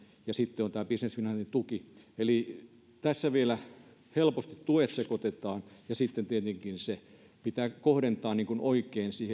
ja sitten on tämä business finlandin tuki niin tässä vielä helposti tuet sekoitetaan ja sitten tietenkin pitää kohdentaa oikein